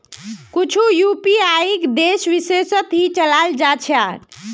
कुछु यूपीआईक देश विशेषत ही चलाल जा छे